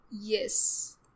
yes